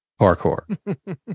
parkour